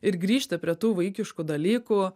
ir grįžti prie tų vaikiškų dalykų